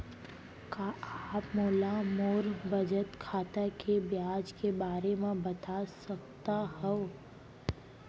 का आप मोला मोर बचत खाता के ब्याज के बारे म बता सकता हव?